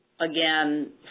Again